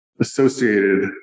associated